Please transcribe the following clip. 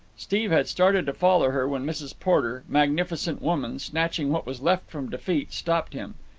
steve had started to follow her when mrs. porter, magnificent woman, snatching what was left from defeat, stopped him.